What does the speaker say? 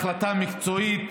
זאת החלטה מקצועית.